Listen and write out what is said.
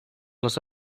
les